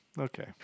okay